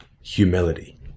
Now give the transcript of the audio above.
humility